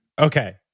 Okay